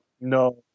No